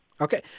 Okay